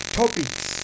topics